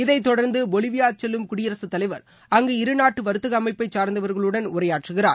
இதை தொடர்ந்து பொலிலியா செல்லும் குடியரசு தலைவர் அங்கு இரு நாட்டு வர்த்தக அமைப்பைச் சார்ந்தவர்களுடன் உரையாற்றுகிறார்